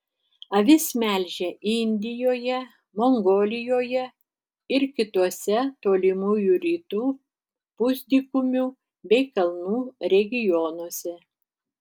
avis melžia indijoje mongolijoje ir kituose tolimųjų rytų pusdykumių bei kalnų regionuose